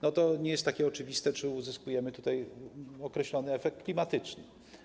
Nie jest więc takie oczywiste, czy uzyskujemy tutaj określony efekt klimatyczny.